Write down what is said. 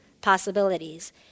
possibilities